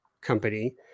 company